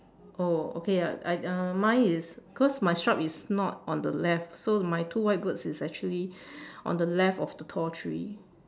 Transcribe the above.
oh okay ya I uh mine is cause my shrub is not on the left so my two white birds is actually on the left of the tall tree